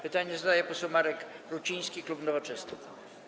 Pytanie zadaje poseł Marek Ruciński, klub Nowoczesna.